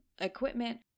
equipment